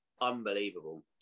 unbelievable